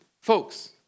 Folks